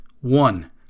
one